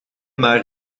maar